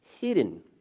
hidden